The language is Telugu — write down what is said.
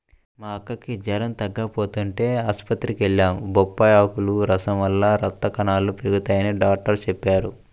మా అక్కకి జెరం తగ్గకపోతంటే ఆస్పత్రికి వెళ్లాం, బొప్పాయ్ ఆకుల రసం వల్ల రక్త కణాలు పెరగతయ్యని డాక్టరు చెప్పారు